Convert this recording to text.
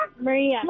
maria